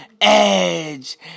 Edge